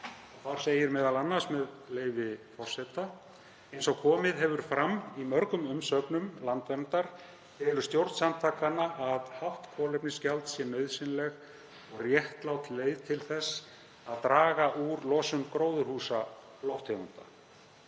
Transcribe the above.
Þar segir m.a., með leyfi forseta: „Eins og komið hefur fram í mörgum umsögnum Landverndar telur stjórn samtakanna að hátt kolefnisgjald sé nauðsynleg og réttlát leið til þess að draga úr losun gróðurhúsalofttegunda.